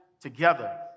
together